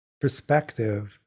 perspective